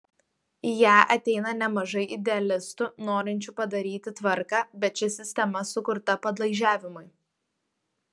į ją ateina nemažai idealistų norinčių padaryti tvarką bet ši sistema sukurta padlaižiavimui